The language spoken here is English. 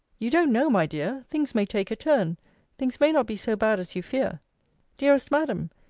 you don't know, my dear things may take a turn things may not be so bad as you fear dearest madam,